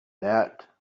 that